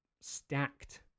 stacked